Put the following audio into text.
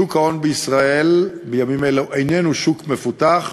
שוק ההון בישראל בימים אלו איננו שוק מפותח,